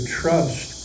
trust